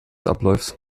abläuft